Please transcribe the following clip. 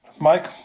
Mike